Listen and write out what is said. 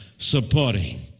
supporting